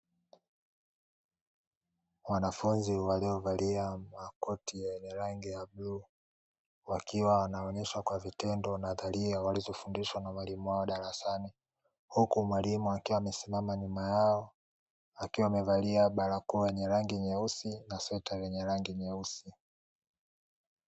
Wanafunzi waliovalia makoti yenye rangi ya bluu wakiwa wanaonesha kwa vitendo nadharia walizofundushwa na mwalimu wao darasani, huku mwalimu akiwa amesimama nyuma yao akiwa amevalia barakoa yenye rangi nyeusi na sweta lenye rangi nyeusi.